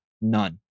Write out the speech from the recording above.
none